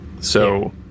So-